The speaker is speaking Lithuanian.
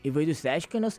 įvairius reiškinius